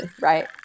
right